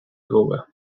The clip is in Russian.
друга